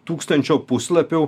tūkstančio puslapių